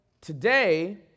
Today